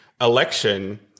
election